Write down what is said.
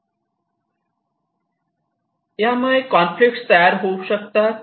यामुळे कॉन्फ्लिक्ट तयार होऊ शकतो